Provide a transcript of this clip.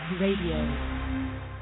Radio